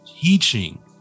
teaching